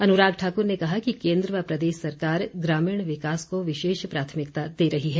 अनुराग ठाकुर ने कहा कि केंद्र व प्रदेश सरकार ग्रामीण विकास को विशेष प्राथमिकता दे रही है